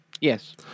yes